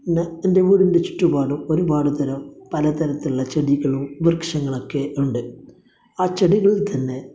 പിന്നെ എന്റെ വീടിനു ചുറ്റുപാടും ഒരുപാട് തരം പല തരത്തിലുള്ള ചെടികളും വൃക്ഷങ്ങളുമൊക്കെ ഉണ്ട് ആ ചെടികളിൽ തന്നെ